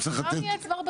מה?